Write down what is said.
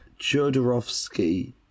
Jodorowsky